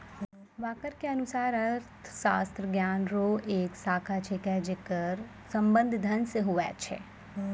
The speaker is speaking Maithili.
वाकर के अनुसार अर्थशास्त्र ज्ञान रो एक शाखा छिकै जेकर संबंध धन से हुवै छै